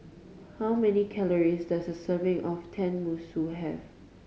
how many calories does a serving of Tenmusu have